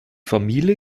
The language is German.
familie